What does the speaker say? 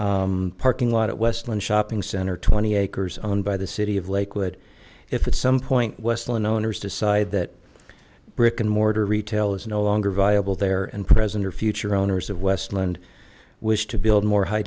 mentioned parking lot at westland shopping center twenty acres owned by the city of lakewood if at some point westland owners decide that brick and mortar retail is no longer viable there and present or future owners of westland wish to build more high